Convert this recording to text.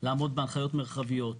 לעמוד בהנחיות מרחביות.